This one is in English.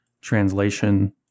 translation